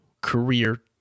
career